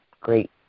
great